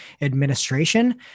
administration